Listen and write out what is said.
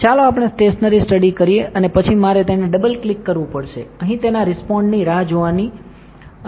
ચાલો આપણે stationery study કરીએ અને પછી મારે તેને ડબલ ક્લિક કરવું પડશે અહીં તેના રિસ્પોન્ડ ની રાહ જોવાની અને થઈ ગયુ